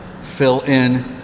fill-in